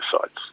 sites